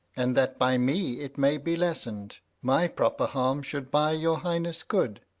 and that by me it may be lessened, my proper harm should buy your highness good.